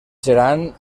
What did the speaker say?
seran